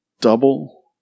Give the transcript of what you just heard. Double